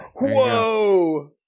Whoa